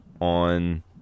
on